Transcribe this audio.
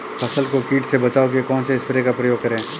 फसल को कीट से बचाव के कौनसे स्प्रे का प्रयोग करें?